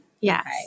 Yes